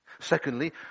Secondly